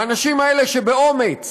האנשים האלה, שבאומץ